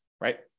right